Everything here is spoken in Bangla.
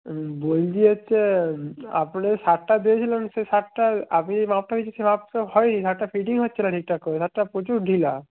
বলছি হচ্ছে আপনারা যে শার্টটা দিয়েছিলেন সে শার্টটার আপনিই যে মাপটা নিয়েছিলেন সে মাপ তো হয়নি শার্টটা ফিটিং হচ্ছে না ঠিক ঠাক করে শার্টটা প্রচুর ঢিলা